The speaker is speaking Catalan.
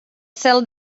cel